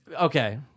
Okay